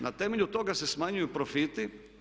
Na temelju toga se smanjuju profiti.